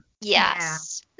Yes